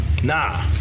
Nah